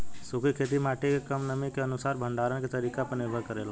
सूखी खेती माटी के कम नमी के अनुसार भंडारण के तरीका पर निर्भर करेला